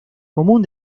común